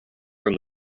from